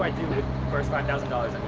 first five thousand dollars